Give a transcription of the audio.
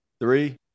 Three